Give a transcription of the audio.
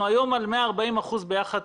אנחנו היום על 140 אחוזים ביחס